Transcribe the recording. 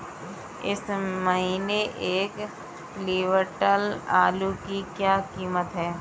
इस महीने एक क्विंटल आलू की क्या कीमत है?